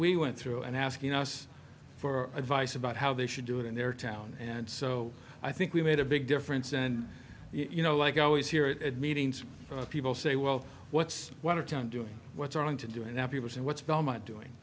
we went through and asking us for advice about how they should do it in their town and so i think we made a big difference and you know like i always hear it at meetings people say well what's watertown doing what's wrong to do and then people say what's belmont doing